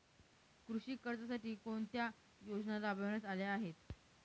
कृषी कर्जासाठी कोणत्या योजना राबविण्यात आल्या आहेत?